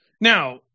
Now